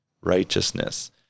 righteousness